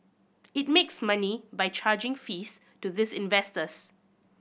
it makes money by charging fees to these investors